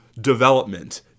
development